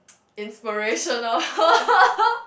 inspiration loh